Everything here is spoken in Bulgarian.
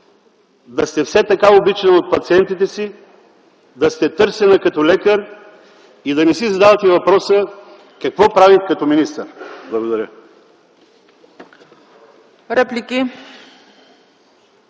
Да сте все така обичана от пациентите си, да сте търсена като лекар и да не си задавате въпроса: Какво правих като министър? Благодаря.